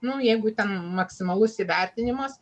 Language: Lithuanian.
nu jeigu ten maksimalus įvertinimas